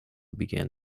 began